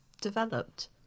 developed